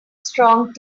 strong